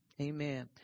Amen